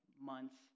months